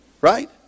right